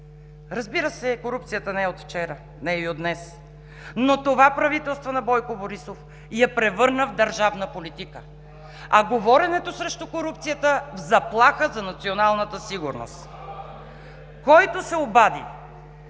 Разбира се, корупцията не е от вчера, не е и от днес. Но това правителство на Бойко Борисов я превърна в държавна политика, а говоренето срещу корупцията – в заплаха за националната сигурност. Който се обади,